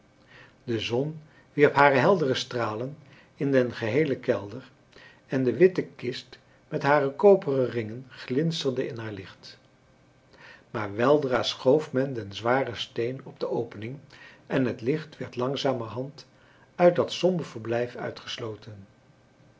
de zon wierp hare heldere stralen in den geheelen kelder en de witte kist met hare koperen ringen glinsterde in haar licht maar weldra schoof men den zwaren steen op de opening en het licht werd langzamerhand uit dat somber verblijf uitgesloten